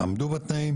עמדו בתנאים?